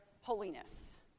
holiness